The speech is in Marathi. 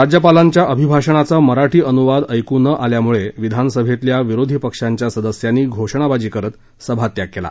राज्यपालांच्या अभिभाषणाचा मराठी अनुवाद ऐकू न आल्यामुळे विधानसभेतल्या विरोधी पक्षाच्या सदस्यांनी घोषणाबाजी करत सभात्याग केला